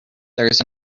there’s